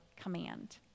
command